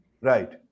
Right